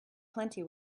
plenty